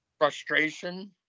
Frustration